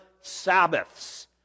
Sabbaths